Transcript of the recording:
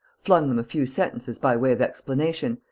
flung them a few sentences by way of explanation,